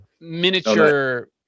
miniature